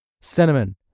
Cinnamon